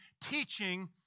teaching